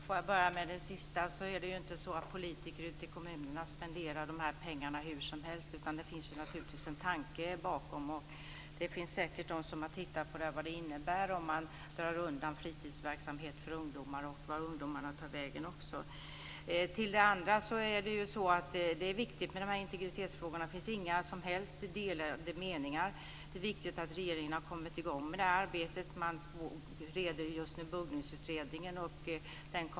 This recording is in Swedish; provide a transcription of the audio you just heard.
Fru talman! Jag börjar med det sista. Politiker i kommunerna spenderar inte pengarna hur som helst. Det finns naturligtvis en tanke bakom. Det finns säkert de som har tittat på vad det innebär om fritidsverksamhet för ungdomar tas bort och vart ungdomarna tar vägen. Det är viktigt med integritetsfrågorna. Det finns inga som helst delade meningar där. Det är viktigt att regeringen har kommit i gång med arbetet. Just nu bereds buggningsutredningen.